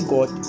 God